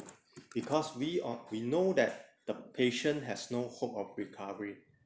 because we ah we know that the patient has no hope of recovery